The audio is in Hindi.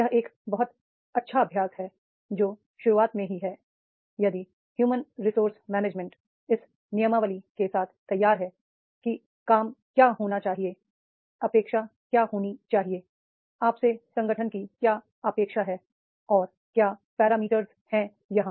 यह एक बहुत अच्छा अभ्यास है जो शुरुआत में ही है यदि ह्यू मन रिसोर्सेज मैनेजमेंट इस नियमावली के साथ तैयार है कि काम क्या होना चाहिए अपेक्षा क्या होनी चाहिए आपसे संगठन की क्या अपेक्षा है और क्या पैरामीटर हैं यहां